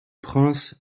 prince